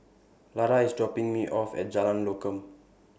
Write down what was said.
Larae IS dropping Me off At Jalan Lokam